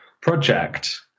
project